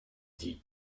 dit